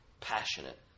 Passionate